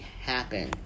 happen